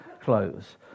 clothes